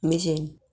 मिज